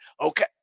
Okay